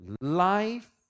life